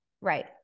Right